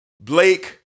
Blake